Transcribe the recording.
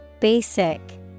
Basic